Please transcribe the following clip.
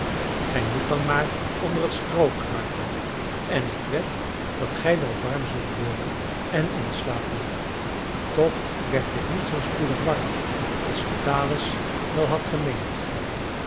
gij moet dan maar onder het stroo kruipen en ik wed dat gij wel warm zult worden en inslapen toch werd ik niet zoo spoedig warm als vitalis wel had gemeend